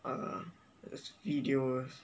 err videos